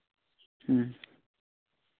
ᱦᱮᱸ